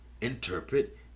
interpret